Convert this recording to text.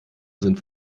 sind